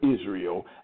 Israel